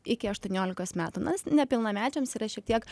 iki aštuoniolikos metų na nepilnamečiams yra šiek tiek